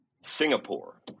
Singapore